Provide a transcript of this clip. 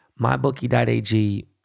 mybookie.ag